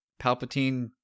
Palpatine